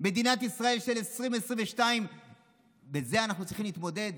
במדינת ישראל של 2022 עם זה אנחנו צריכים להתמודד?